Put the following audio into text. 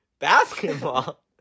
basketball